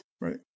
Right